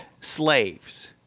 slaves